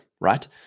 right